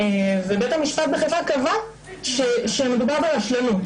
בית המשפט בחיפה קבע שמדובר ברשלנות.